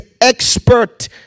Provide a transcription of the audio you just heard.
expert